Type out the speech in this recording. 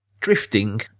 drifting